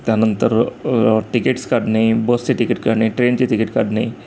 त्यानंतर तिकीट्स काढणे बसचे तिकीट काढणे ट्रेनचे तिकीट काढणे